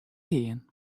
gean